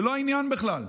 זה לא העניין בכלל.